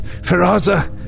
Feraza